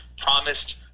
promised